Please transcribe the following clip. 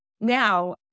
now